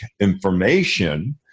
information